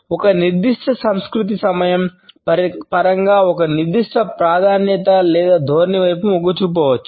ఒక నిర్దిష్ట సంస్కృతి సమయం పరంగా ఒక నిర్దిష్ట ప్రాధాన్యత లేదా ధోరణి వైపు మొగ్గు చూపవచ్చు